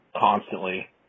constantly